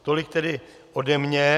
Tolik tedy ode mne.